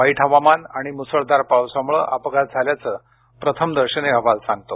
वाईट हवामान आणि मुसळधार पावसामुळे अपघात झाल्याचं प्रथमदर्शनी अहवाल सांगतो